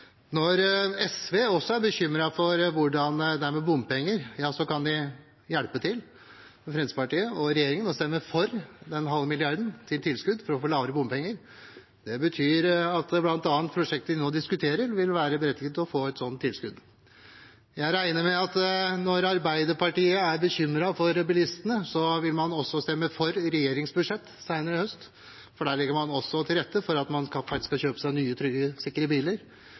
Når SV også er bekymret for hvordan det er med bompenger, kan de hjelpe Fremskrittspartiet og regjeringen ved å stemme for den halve milliarden i tilskudd for å få lavere bompenger. Det betyr at bl.a. det prosjektet vi nå diskuterer, vil være berettiget til å få et sånt tilskudd. Jeg regner med at når Arbeiderpartiet er bekymret for bilistene, vil man også stemme for regjeringens budsjett senere i høst, for der legger man også til rette for at folk skal kjøpe seg nye og sikre biler.